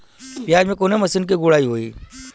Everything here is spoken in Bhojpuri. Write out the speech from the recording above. प्याज में कवने मशीन से गुड़ाई होई?